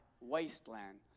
wasteland